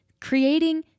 creating